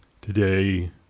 today